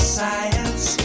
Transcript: science